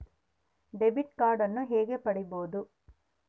Debit ಕಾರ್ಡನ್ನು ಹೇಗೆ ಪಡಿಬೋದು?